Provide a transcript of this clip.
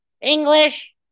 English